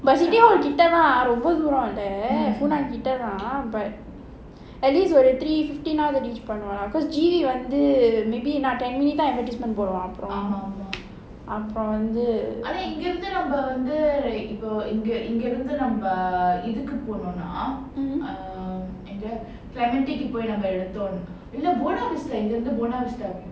but city hall ரொம்ப தூரமுண்டு:romba thooramundu funan கிட்டதான்:kittathaan but at least பண்ணுவேன்:pannuvaen three fifteen reach போடுவேன்:poduvaen because G_V ஆனா இங்க இருந்து இதுக்கு போணும்னா:aanaa inga irunthu ithuku ponumnaa maybe everytime advertisement எங்க:enga mmhmm